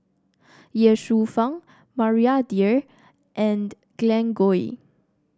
Ye Shufang Maria Dyer and Glen Goei